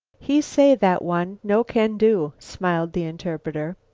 he say, that one, no can do, smiled the interpreter.